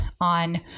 on